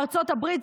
בארצות הברית,